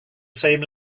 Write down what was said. same